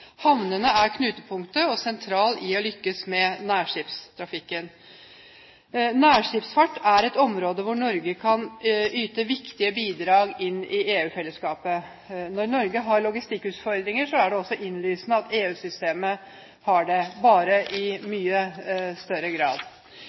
Havnene er knutepunkter og sentrale for å lykkes med nærskipstrafikken. Nærskipsfart er et område hvor Norge kan yte viktige bidrag inn i EU-fellesskapet. Når Norge har logistikkutfordringer, er det også innlysende at EU-systemet har det, bare i